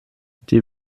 die